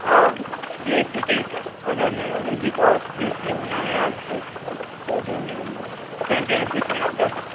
ہاں A C کے حساب سے اگر نہیں اگر وتھاؤٹ اے سی ہونا ہے آپ کو تو جو ہے نا ٹوینٹی روپیس میں آپ جا سکتے